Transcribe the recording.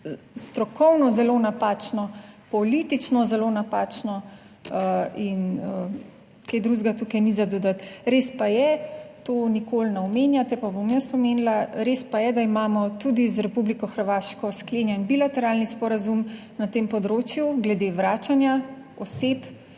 strokovno zelo napačno, politično zelo napačno in kaj drugega tukaj ni za dodati. Res pa je, to nikoli ne omenjate pa bom jaz omenila, res pa je, da imamo tudi z Republiko Hrvaško sklenjen bilateralni sporazum na tem področju glede vračanja oseb,